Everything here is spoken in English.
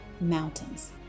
mountains